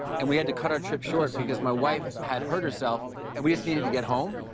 and we had to cut our trip short because my wife had hurt herself and we just needed to get home.